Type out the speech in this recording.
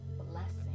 blessing